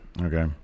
Okay